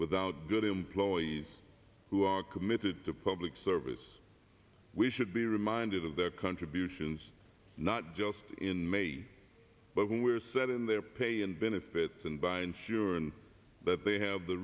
without good employees who are committed to public service we should be reminded of their contributions not just in may but when we're set in their pay and benefits and by ensuring they have the